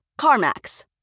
CarMax